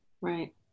Right